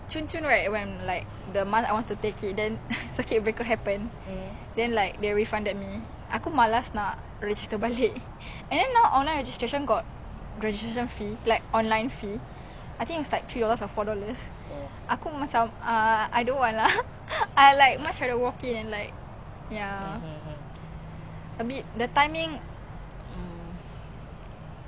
walk in and like ya a bit the timing ya cause like if I start in april this year what if I finish it next year june july cause like the estimates my friend got like one year mine is the shorter [one] ya that [one] like she go everyday or what lah clear